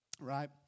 right